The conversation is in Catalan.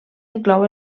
inclou